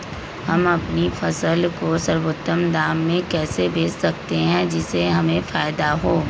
हम अपनी फसल को सर्वोत्तम दाम में कैसे बेच सकते हैं जिससे हमें फायदा हो?